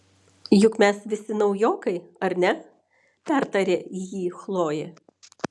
juk mes visi naujokai ar ne pertarė jį chlojė